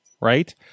Right